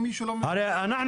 אם מישהו לא מבין --- הרי אנחנו